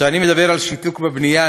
כשאני מדבר על שיתוק בבנייה,